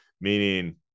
meaning